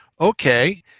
okay